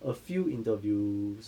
a few interviews